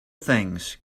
things